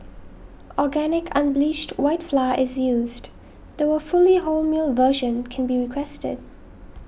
organic unbleached white flour is used though a fully wholemeal version can be requested